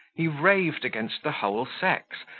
he raved against the whole sex,